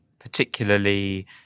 particularly